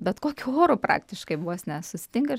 bet kokiu oru praktiškai vos ne susitinka ir